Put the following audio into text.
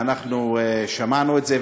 ואנחנו שמענו את זה,